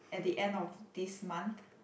at the end of this month